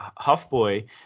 Huffboy